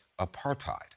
apartheid